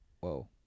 Whoa